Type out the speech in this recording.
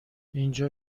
اینجا